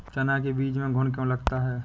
चना के बीज में घुन क्यो लगता है?